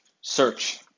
search